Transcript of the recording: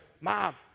mom